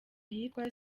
ahitwa